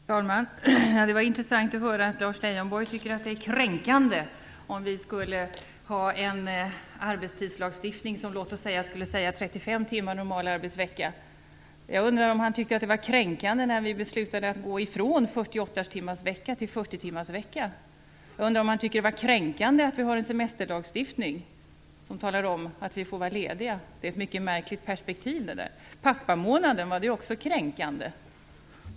Fru talman! Det var intressant att höra att Lars Leijonborg tycker att det hade varit kränkande med en arbetstidslagstiftning som föreskriver låt oss säga 35 timmars normal arbetsvecka. Jag undrar om han tycker att det var kränkande när vi beslutade att gå från 48 timmars arbetsvecka till 40 timmars arbetsvecka. Jag undrar om han tycker att det är kränkande att vi har en semesterlagstiftning som talar om att vi får vara lediga. Det är ett mycket märkligt perspektiv! Var införandet av pappamånaden också kränkande?